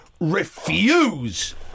refuse